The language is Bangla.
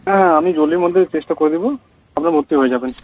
হ্যাঁ আমি জলদির মধ্যে চেষ্টা করে দেব আপনি ভর্তি হয়ে যাবেন